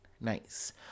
Nice